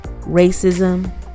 Racism